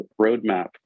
Roadmap